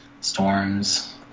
storms